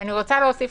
אני רוצה להוסיף